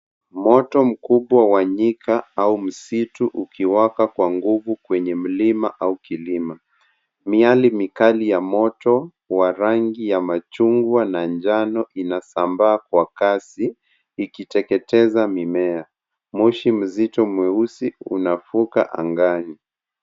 Moto mkubwa wa nyika au msitu ukiwaka kwa nguvu kwenye mlima au kilima. Miale mikali ya moto wa rangi ya machungwa na njano inasambaa kwa kasi, ikiteketeza mimea. Moshi mzito mweusi unavuka angani.